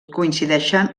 coincideixen